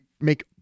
make